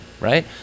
right